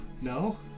No